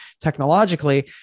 technologically